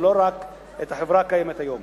ולא רק את החברה הקיימת היום.